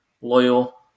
loyal